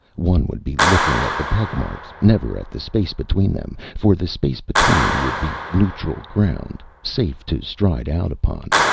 one would be looking at the pug marks, never at the space between them, for the space between would be neutral ground, safe to stride out upon.